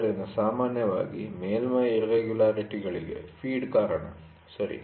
ಆದ್ದರಿಂದ ಸಾಮಾನ್ಯವಾಗಿ ಮೇಲ್ಮೈ ಇರ್ರೆಗುಲರಿಟಿ'ಗಳಿಗೆ ಫೀಡ್ ಕಾರಣ ಸರಿ